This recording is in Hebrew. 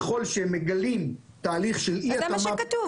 ככל שהם מגלים תהליך של אי התאמה --- אז זה מה שכתוב.